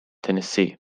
tennessee